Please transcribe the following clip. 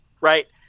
right